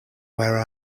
where